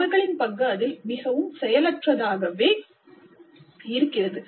அவர்களின் பங்கு அதில் மிகவும் செயல் ஏற்றதாகவே இருக்கிறது